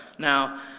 Now